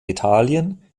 italien